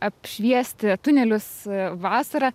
apšviesti tunelius vasarą